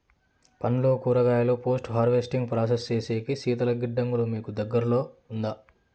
పండ్లు కూరగాయలు post harvesting process సేసేకి శీతల గిడ్డంగులు మీకు దగ్గర్లో ఉందా?